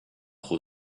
who